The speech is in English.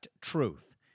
Truth